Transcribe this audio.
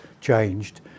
changed